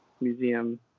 museum